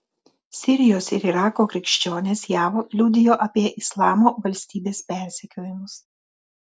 sirijos ir irako krikščionės jav liudijo apie islamo valstybės persekiojimus